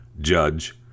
judge